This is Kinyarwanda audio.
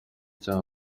cya